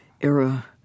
era